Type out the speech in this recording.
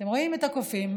אתם רואים את הקופים.